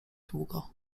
długo